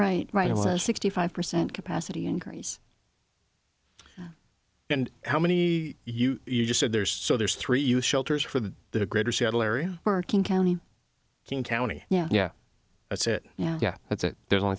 trite right and says sixty five percent capacity in greece and how many you just said there's so there's three you shelters for the greater seattle area burger king county to county yeah yeah that's it yeah yeah that's it there's only